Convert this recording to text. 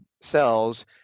cells